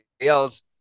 else